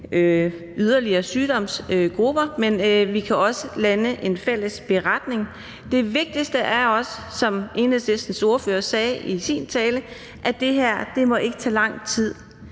yderligere sygdomsgrupper, eller vi kan også lande en fælles beretning. Det vigtigste er også, som Enhedslistens ordfører sagde i sin tale, at det her ikke må tage lang tid.